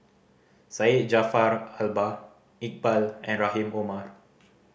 Syed Jaafar Albar Iqbal and Rahim Omar